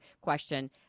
question